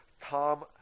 Tom